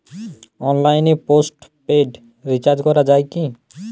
অনলাইনে postpaid recharge করা যায় কি?